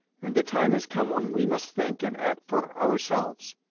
and the time has come when we must think and act for ourselves.